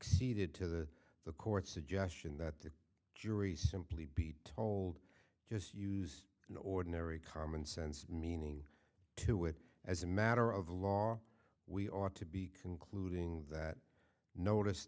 that to the court suggestion that the jury simply be told just use an ordinary common sense meaning to it as a matter of law we ought to be concluding that notice